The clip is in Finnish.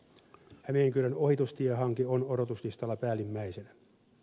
hämeenkyrön ohitustiehanke on odotuslistalla päällimmäisenä